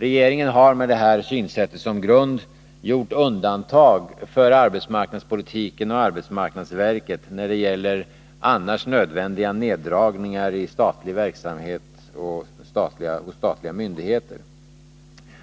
Regeringen har med det här synsättet som grund gjort undantag för arbetsmarknadspolitiken och för arbetsmarknadsverket när det gäller annars nödvändiga neddragningar i statlig verksamhet och hos statliga myndigheter.